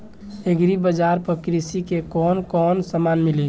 Agri बाजार पर कृषि के कवन कवन समान मिली?